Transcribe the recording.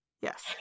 Yes